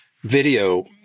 video